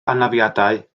anafiadau